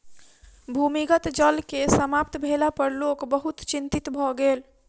भूमिगत जल के समाप्त भेला पर लोक बहुत चिंतित भ गेल